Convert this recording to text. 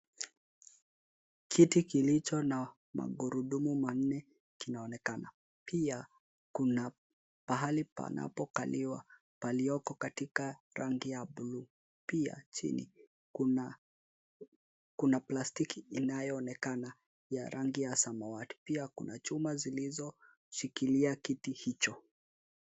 Kiti kilicho na magurudumu manne kinaonekana. Pia, kuna pahali panapokaliwa palioko katika rangi ya bluu. Pia, chini kuna plastiki inayoonekana ya rangi ya samawati. Pia kuna chuma zilizoshikilia kiti hicho.